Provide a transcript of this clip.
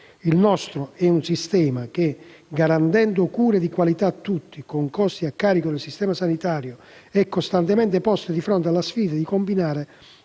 Il nostro è un sistema che, garantendo cure di qualità a tutti con costi a carico del sistema sanitario, è costantemente posto di fronte alla sfida di combinare